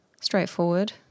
straightforward